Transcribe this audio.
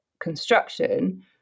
construction